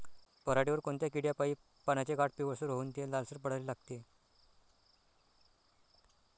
पऱ्हाटीवर कोनत्या किड्यापाई पानाचे काठं पिवळसर होऊन ते लालसर पडाले लागते?